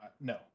no